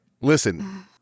Listen